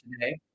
today